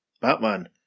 Batman